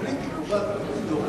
כגוף פוליטי קובעת את עתידו.